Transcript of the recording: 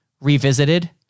revisited